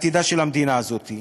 לעתידה של המדינה הזאת.